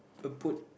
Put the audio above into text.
a put